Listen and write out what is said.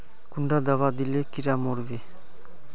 कुंडा दाबा दिले कीड़ा मोर बे?